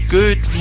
good